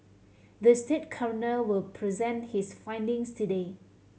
the state coroner will present his findings today